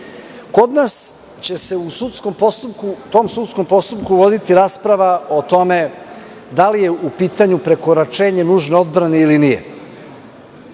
nas će se u tom sudskom postupku voditi rasprava o tome da li je u pitanju prekoračenje nužne odbrane ili nije.